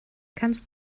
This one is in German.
kannst